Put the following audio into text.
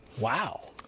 Wow